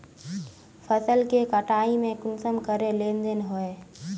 फसल के कटाई में कुंसम करे लेन देन होए?